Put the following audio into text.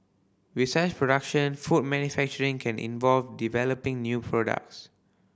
besides production food manufacturing can involve developing new products